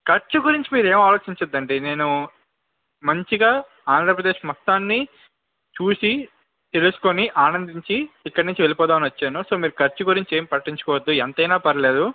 ఖర్చు గురించి మీరేమి ఆలోచించవద్దు అండి నేను మంచిగా ఆంధ్రప్రదేశ్ మొత్తాన్ని చూసి తెలుసుకొని ఆనందించి ఇక్కడ నుంచి వెళ్ళిపోదామని వచ్చాను సో మీరు ఖర్చు గురించి మీరేం పట్టించుకోవద్దు ఎంతైనా పర్లేదు